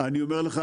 אני אומר לך